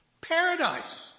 paradise